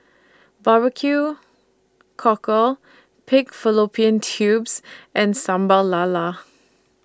Barbecue Cockle Pig Fallopian Tubes and Sambal Lala